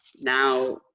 now